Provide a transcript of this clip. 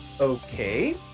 Okay